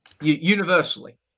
universally